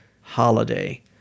holiday